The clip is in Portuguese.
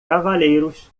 cavaleiros